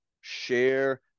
share